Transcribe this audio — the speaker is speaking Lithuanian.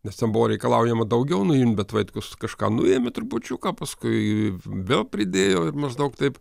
nes ten buvo reikalaujama daugiau nuimt bet vaitkus kažką nuėmė trupučiuką paskui vėl pridėjo ir maždaug taip